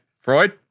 Freud